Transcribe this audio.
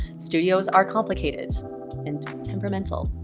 studios are complicated and temperamental.